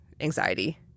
anxiety